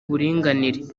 uburinganire